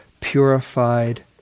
purified